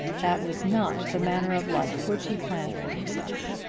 that was not the manner of life which he planned for himself.